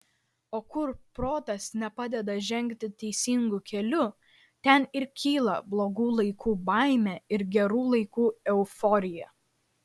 o kur protas nepadeda žengti teisingu keliu ten ir kyla blogų laikų baimė ir gerų laikų euforija